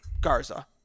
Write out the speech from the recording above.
Garza